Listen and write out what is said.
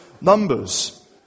numbers